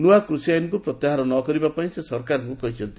ନୂଆ କୁଷି ଆଇନକୁ ପ୍ରତ୍ୟାହାର ନ କରିବାପାଇଁ ସେ ସରକାରଙ୍କୁ କହିଛନ୍ତି